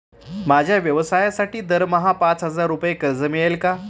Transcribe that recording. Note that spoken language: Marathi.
माझ्या व्यवसायासाठी दरमहा पाच हजार रुपये कर्ज मिळेल का?